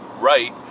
right